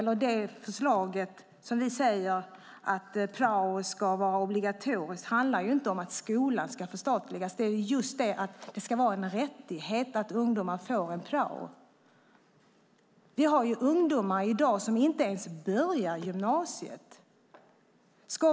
Vårt förslag om att prao ska vara obligatoriskt handlar inte om att skolan ska förstatligas utan just om att det ska vara en rättighet för ungdomar att få prao. I dag finns det ungdomar som inte ens börjar gymnasiet.